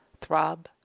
throb